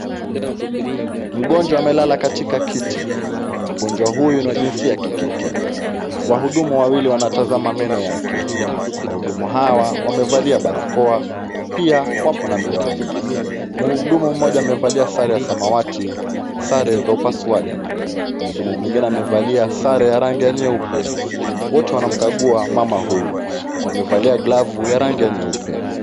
Mgonjwa amelala katika kiti . Mgonjwa huyu ni wa jinsia ya kike. Wahudumu wawili wanatazama meno yake. Wahudumu hawa wamevalia barakoa pia wako na miwani. Mhudumu mmoja amevalia sare ya samawati ,sare za upasuaji. Mhudumu mwingine amevalia sare ya rangi ya nyeupe. Wote wanamkagua mama huyu. Wamevalia glavu ya rangi ya nyeupe.